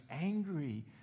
angry